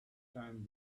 time